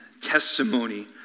testimony